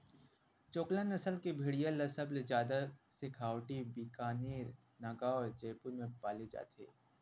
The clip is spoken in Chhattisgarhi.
चोकला नसल के भेड़िया ल सबले जादा सेखावाटी, बीकानेर, नागौर, जयपुर म पाले जाथे